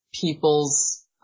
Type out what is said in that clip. people's